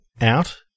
out